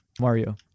Mario